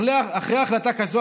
אחרי החלטה כזאת,